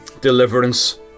deliverance